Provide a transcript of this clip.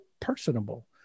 personable